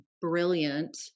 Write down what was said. brilliant